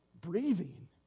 breathing